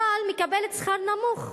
אבל מקבלת שכר נמוך,